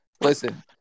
listen